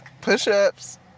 push-ups